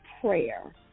prayer